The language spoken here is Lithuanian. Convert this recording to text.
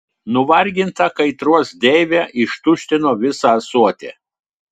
nuvarginta kaitros deivė ištuštino visą ąsotį